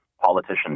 Politicians